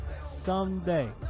someday